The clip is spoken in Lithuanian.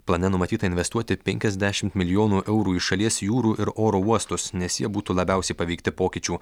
plane numatyta investuoti penkiasdešimt milijonų eurų į šalies jūrų ir oro uostus nes jie būtų labiausiai paveikti pokyčių